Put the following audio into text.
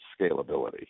scalability